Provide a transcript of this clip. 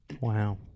Wow